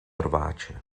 rváče